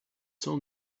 saw